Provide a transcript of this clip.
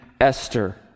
Esther